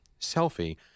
selfie